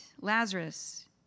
Lazarus